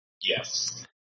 Yes